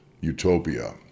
utopia